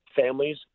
families